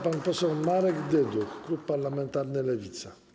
Pan poseł Marek Dyduch, klub parlamentarny Lewica.